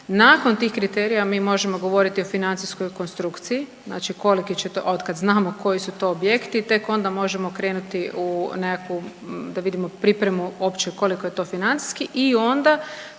nakon tih kriterija mi možemo govoriti o financijskoj konstrukciji, znači koliko će to, a od kad znamo koji su to objekti tek onda možemo krenuti u nekakvu da vidimo pripremu uopće koliko je to financijski i onda